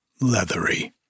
leathery